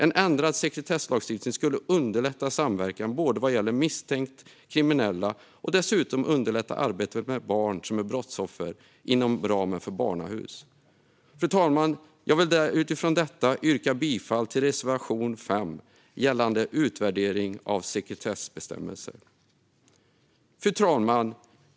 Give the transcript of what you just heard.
En ändrad sekretesslagstiftning skulle underlätta samverkan när det gäller misstänkt kriminella och dessutom underlätta arbetet med barn som är brottsoffer inom ramen för barnahus. Fru talman! Jag vill utifrån detta yrka bifall till reservation 5 gällande utvärdering av sekretessbestämmelser. Fru talman!